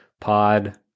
pod